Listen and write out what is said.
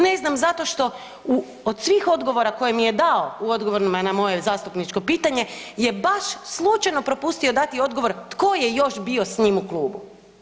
Ne znam zato što u, od svih odgovora koje mi je dao u odgovorima na moje zastupničko pitanje je baš slučajno propustio dati odgovor tko je još bio s njim u klubu.